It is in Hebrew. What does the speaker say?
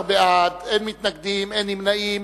14 בעד, אין מתנגדים, אין נמנעים.